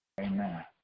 Amen